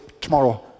tomorrow